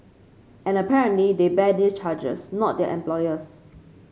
and apparently they bear these charges not their employers